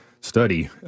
study